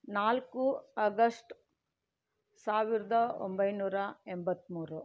ನಾಲ್ಕು ಅಗಸ್ಟ್ ಸಾವಿರದ ಒಂಬೈನೂರ ಎಂಬತ್ತ್ಮೂರು